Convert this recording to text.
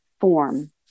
form